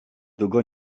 długo